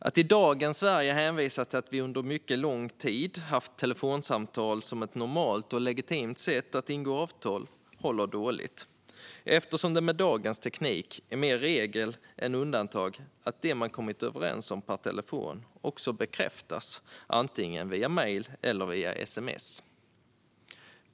Att i dagens Sverige hänvisa till att vi under mycket lång tid har haft telefonsamtal som ett normalt och legitimt sätt att ingå avtal håller dåligt eftersom det med dagens teknik är mer regel än undantag att det man har kommit överens om per telefon också bekräftas antingen via mejl eller via sms.